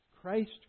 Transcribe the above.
Christ